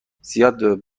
زیاد